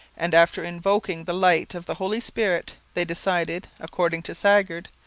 and, after invoking the light of the holy spirit they decided, according to sagard,